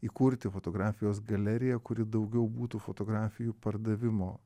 įkurti fotografijos galeriją kuri daugiau būtų fotografijų pardavimo